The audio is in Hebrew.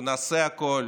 אנחנו נעשה הכול.